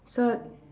so